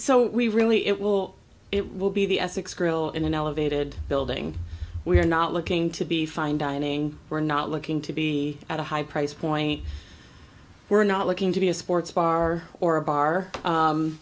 so we really it will it will be the essex grill in an elevated building we're not looking to be fine dining we're not looking to be at a high price point we're not looking to be a sports bar or a bar